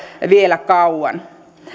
vielä kauan